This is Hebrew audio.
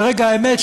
ברגע האמת,